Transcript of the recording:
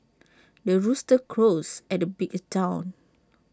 the rooster crows at the break of dawn